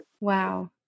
Wow